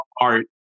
art